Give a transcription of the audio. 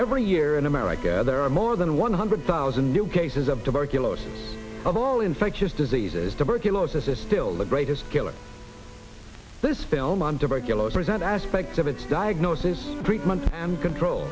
every year in america there are more than one hundred thousand new cases of tuberculosis of all infectious diseases tuberculosis is still the greatest killer this film on tuberculosis that aspects of its diagnosis treatment and control